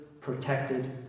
protected